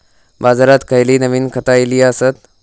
बाजारात खयली नवीन खता इली हत?